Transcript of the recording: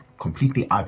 completely